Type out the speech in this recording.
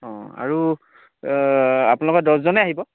অঁ আৰু আপোনালোকৰ দহজনে আহিব